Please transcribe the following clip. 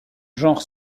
genre